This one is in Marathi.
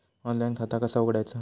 ऑनलाइन खाता कसा उघडायचा?